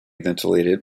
ventilated